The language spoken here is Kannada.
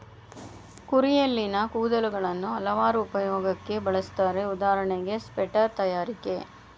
ಕುರಿಯಲ್ಲಿನ ಕೂದಲುಗಳನ್ನು ಹಲವಾರು ಉಪಯೋಗಕ್ಕೆ ಬಳುಸ್ತರೆ ಉದಾಹರಣೆ ಸ್ವೆಟರ್ ತಯಾರಿಕೆ